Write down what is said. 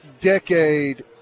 decade